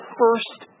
first